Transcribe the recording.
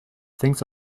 thinks